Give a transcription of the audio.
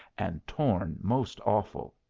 and torn most awful.